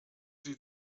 sie